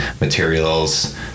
materials